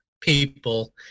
people